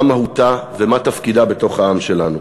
מה מהותה ומה תפקידה בתוך העם שלנו?